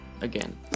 Again